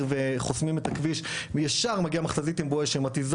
וחוסמים את הכביש וישר מגיעה מכת"זית עם בואש שמתיזה